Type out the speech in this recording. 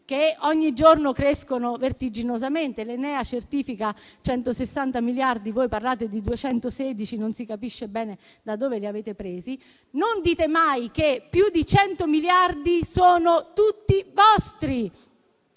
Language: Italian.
che ogni giorno crescono vertiginosamente (Enea certifica 160 miliardi, voi parlate di 216, ma non si capisce bene dove li avete presi) e non dite mai che più di 100 miliardi sono tutti vostri,